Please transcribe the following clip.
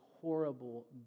horrible